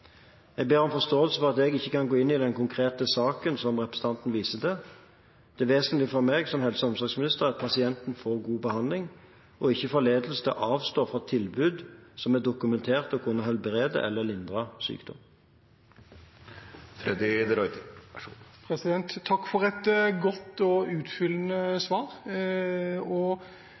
Jeg ber om forståelse for at jeg ikke kan gå inn i den konkrete saken som representanten viser til. Det vesentlige for meg som helse- og omsorgsminister er at pasienten får god behandling og ikke forledes til å avstå fra tilbud som er dokumentert å kunne helbrede eller lindre sykdommen. Takk for et godt og utfyllende svar. Statsråden er inne på flere viktige ting: markedsføring, den helsemessige siden og